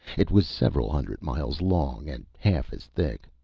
it was several hundred miles long, and half as thick.